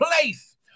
place